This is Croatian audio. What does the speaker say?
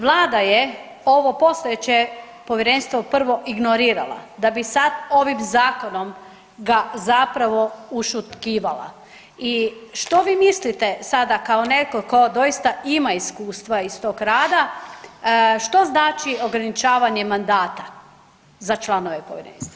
Vlada je ovo postojeće Povjerenstvo prvo ignorirala da bi sad ovim Zakonom ga zapravo ušutkivala i što vi mislite, sada kao netko tko doista ima iskustva iz tog rada, što znači ograničavanje mandata za članove Povjerenstva?